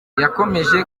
yakomeje